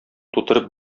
тутырып